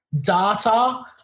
data